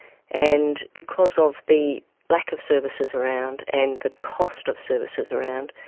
and because of the lack of services around and the cost of services around,